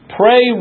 pray